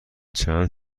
چند